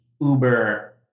Uber